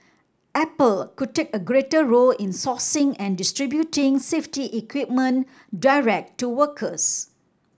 Apple could take a greater role in sourcing and distributing safety equipment direct to workers